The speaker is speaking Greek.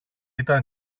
ήταν